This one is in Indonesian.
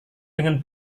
dengan